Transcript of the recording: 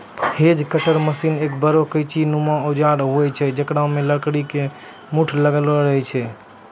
hedge cutter machine एक बड़ो कैंची नुमा औजार होय छै जेकरा मॅ लकड़ी के मूठ लागलो रहै छै